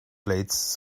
blades